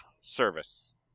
service